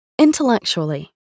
Intellectually